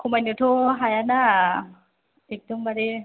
खमायनोथ' हायाना एखदमबारे